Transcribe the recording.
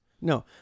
No